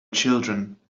children